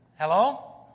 Hello